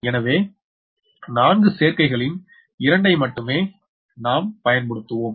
எனவே 4 சேர்க்கைகளின் 2 ஐ மட்டுமே நாம் பயன்படுத்துவோம்